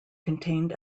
contained